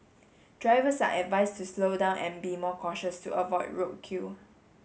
drivers are advised to slow down and be more cautious to avoid roadkill